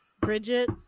Bridget